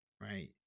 right